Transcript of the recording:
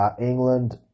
England